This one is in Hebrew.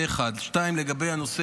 זה, 1. 2. לגבי הנושא